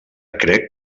crec